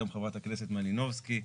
היום חברת הכנסת מלינובסקי,